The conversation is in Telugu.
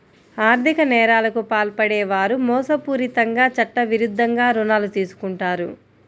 ఆర్ధిక నేరాలకు పాల్పడే వారు మోసపూరితంగా చట్టవిరుద్ధంగా రుణాలు తీసుకుంటారు